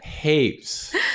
Heaps